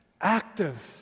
active